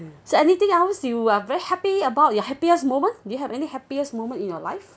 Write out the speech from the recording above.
so anything else you are very happy about your happiest moment do you have any happiest moment in your life